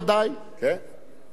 ואפילו משרד ההסברה.